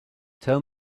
tell